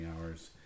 hours